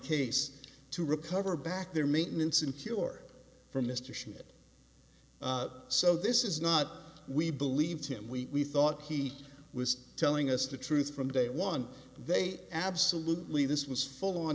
case to recover back their maintenance and cure for mr schmidt so this is not we believed him we thought he was telling us the truth from day one they absolutely this was full on